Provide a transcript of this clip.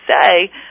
say